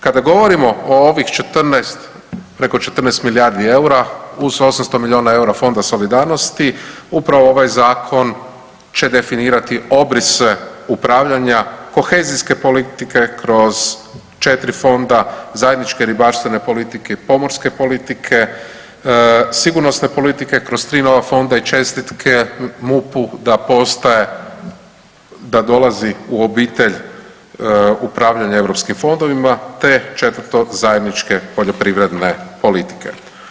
Kada govorimo o ovih 14, preko 14 milijardi eura uz 800 milijuna eura Fonda solidarnosti upravo ovaj zakon će definirati obrise upravljanja kohezijske politike kroz 4 fonda zajedničke ribarstvene politike, pomorske politike, sigurnosne politike kroz tri nova fonda i čestitke MUP-u da postaje, da dolazi u obitelj upravljanja EU fondovima, te četvrto zajedničke poljoprivredne politike.